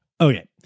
Okay